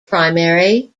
primary